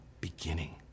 beginning